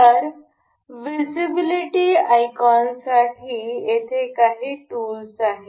तर visibility icon साठी येथे काही टूलस आहेत